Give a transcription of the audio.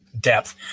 depth